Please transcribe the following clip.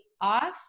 off